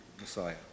Messiah